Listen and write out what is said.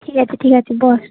ঠিক আছে ঠিক আছে বস